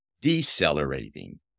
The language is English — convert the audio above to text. decelerating